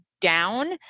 down